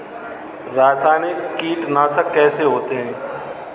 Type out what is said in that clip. रासायनिक कीटनाशक कैसे होते हैं?